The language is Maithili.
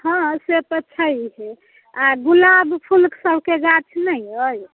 हँ से तऽ छै आ गुलाब फूल सबके गाछ नहि अइ